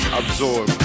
absorb